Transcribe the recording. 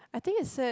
I think it said